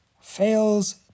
fails